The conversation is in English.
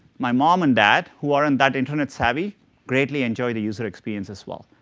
my mom and dad who aren't that internet savvy greatly enjoy the user experience as well.